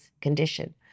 condition